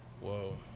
Whoa